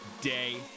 day